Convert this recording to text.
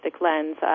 lens